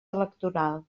electoral